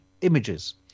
images